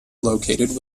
located